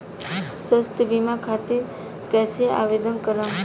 स्वास्थ्य बीमा खातिर कईसे आवेदन करम?